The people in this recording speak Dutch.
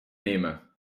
nemen